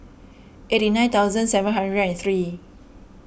eighty nine thousand seven hundred and three